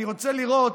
אני רוצה לראות,